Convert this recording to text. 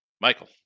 Michael